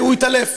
והוא התעלף.